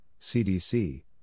CDC